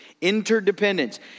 Interdependence